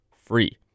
free